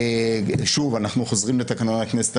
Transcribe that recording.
שוב, אנחנו חוזרים לתקנון הכנסת.